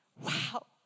wow